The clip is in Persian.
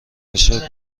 بشه